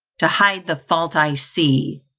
to hide the fault i see,